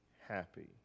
happy